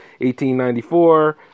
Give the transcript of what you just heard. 1894